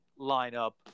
lineup